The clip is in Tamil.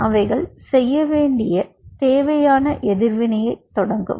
அவைகள் செய்ய வேண்டிய தேவையான எதிர்வினையைத் தொடங்கும்